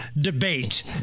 debate